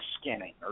skinning